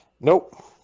nope